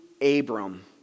Abram